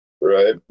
right